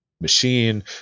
machine